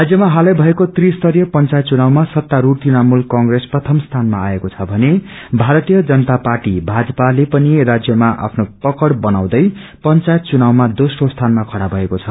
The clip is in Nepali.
राजयमा हालै भएको त्रिस्तरीय पंचायत घुनावमा स्तास्ढ तृणमूल कंप्रेस प्रथम स्थानमा आएको छ भने भारतीय जनता पार्टीले पनि राज्यमा आफ्नो पकइ बनाउँदै पंचायत चुनावमा दोस्रो स्थानमा खड़ा भएको छ